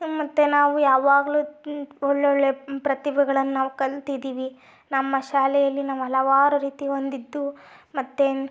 ಮತ್ತು ನಾವು ಯಾವಾಗಲೂ ಒಳ್ಳೊಳ್ಳೆಯ ಪ್ರತಿಭೆಗಳನ್ನು ನಾವು ಕಲ್ತಿದೀವಿ ನಮ್ಮ ಶಾಲೆಯಲ್ಲಿ ನಾವು ಹಲವಾರು ರೀತಿಯ ಹೊಂದಿದ್ದು ಮತ್ತು